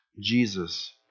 Jesus